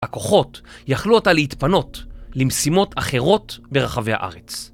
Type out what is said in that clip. הכוחות יכלו אותה להתפנות למשימות אחרות ברחבי הארץ.